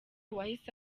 wahise